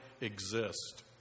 exist